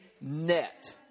net